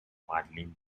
madeline